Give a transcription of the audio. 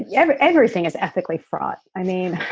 yeah but everything is ethically fraught. i mean,